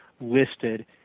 listed